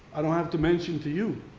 i don't have to mention to you.